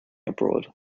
abroad